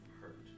hurt